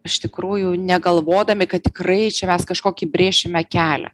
iš tikrųjų negalvodami kad tikrai čia mes kažkokį brėšime kelią